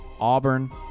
Auburn